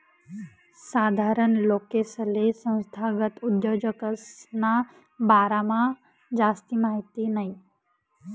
साधारण लोकेसले संस्थागत उद्योजकसना बारामा जास्ती माहिती नयी